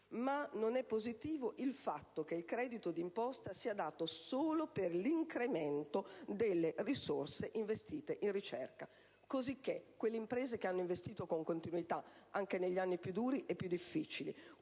Ma non è positivo il fatto che il credito d'imposta sia riconosciuto solo per l'incremento delle risorse investite in ricerca, cosicché quelle imprese che hanno investito con continuità, anche negli anni più duri e più difficili,